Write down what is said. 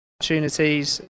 opportunities